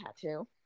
tattoo